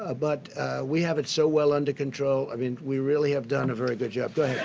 ah but we have it so well under control, i mean we really have done a very good job.